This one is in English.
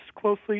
closely